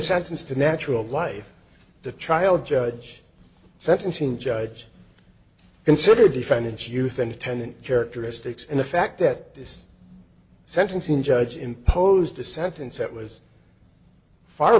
sentenced to natural life the trial judge sentencing judge considered defendant's youth and tenant characteristics and the fact that this sentencing judge imposed a sentence that was far